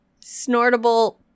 snortable